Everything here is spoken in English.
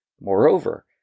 Moreover